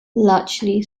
largely